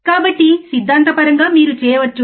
కాబట్టి సిద్ధాంతపరంగా మీరు చేయవచ్చు